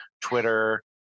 Twitter